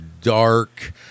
dark